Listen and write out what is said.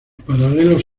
paralelos